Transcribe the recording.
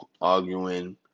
arguing